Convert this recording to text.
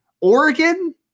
Oregon